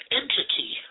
entity